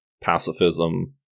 pacifism